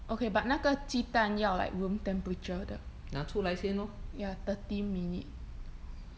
okay but 那个鸡蛋要 like room temperature 的 ya thirty minute